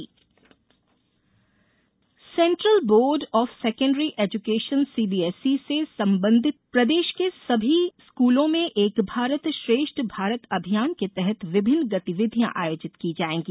एक भारत श्रेष्ठ Bharat club central board of secondary education CBSE से संबंधित प्रदेश के सभी स्कूलों में एक भारत श्रेष्ठ भारत अभियान के तहत विभिन्न गतिविधियां आयोजित की जायेंगी